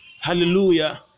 hallelujah